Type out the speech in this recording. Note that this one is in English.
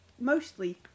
Mostly